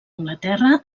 anglaterra